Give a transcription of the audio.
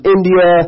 India